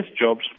jobs